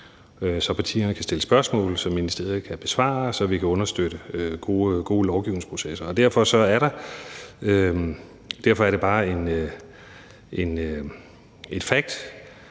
så partierne kan stille spørgsmål, som ministeriet kan besvare, så vi kan understøtte gode lovgivningsprocesser. Derfor er det bare et fact,